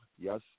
Yes